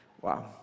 Wow